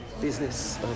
business